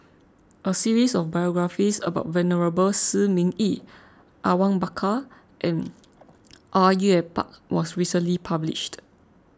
a series of biographies about Venerable Shi Ming Yi Awang Bakar and Au Yue Pak was recently published